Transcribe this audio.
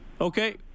Okay